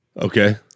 Okay